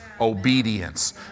obedience